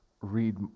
read